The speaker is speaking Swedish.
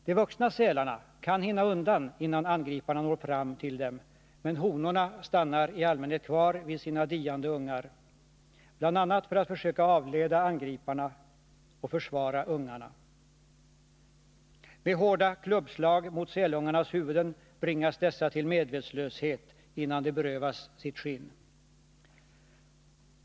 De vuxna sälarna kan hinna undan innan angriparna når fram till dem, men honorna stannar i allmänhet kvar vid sina diande ungar, bl.a. för att försöka avleda angriparna och försvara ungarna. Med hårda klubbslag mot sälungarnas huvuden bringas dessa till medvetslöshet innan de berövas sitt skinn.